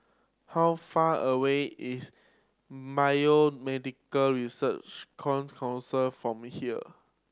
how far away is Research Council from here